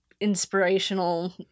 inspirational